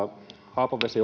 haapavesi